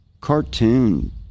cartoon